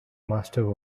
master